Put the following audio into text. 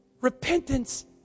Repentance